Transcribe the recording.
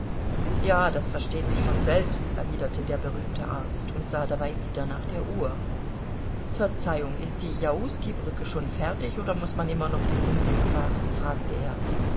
ja das versteht sich von selbst erwiderte der berühmte arzt und sah dabei wieder nach der uhr verzeihung ist die jauski brücke schon fertig oder muß man immer noch den umweg fahren fragte er